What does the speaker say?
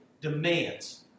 demands